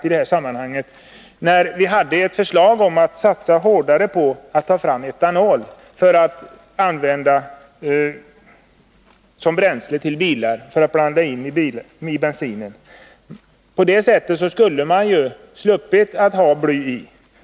Vi hade då ett förslag om att satsa hårdare på att ta fram etanol för att blanda in i bensinen. På det sättet skulle man ha sluppit blyet.